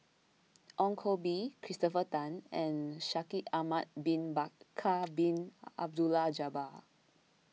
Ong Koh Bee Christopher Tan and Shaikh Ahmad Bin Bakar Bin Abdullah Jabbar